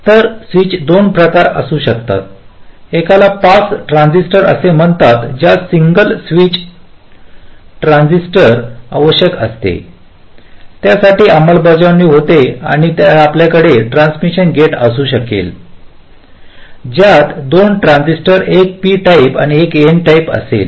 तर स्विच 2 प्रकारचे असू शकतात एकाला पास ट्रान्झिस्टर असे म्हणतात ज्यास सिंगल ट्रान्झिस्टर आवश्यक असते त्यासाठी अंमलबजावणी होते आणि आपल्याकडे ट्रान्समिशन गेट असू शकेल ज्यात दोन ट्रान्झिस्टर एक P टाइप आणि एक N प्रकार असेल